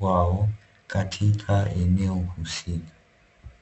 wao katika eneo husika.